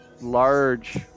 Large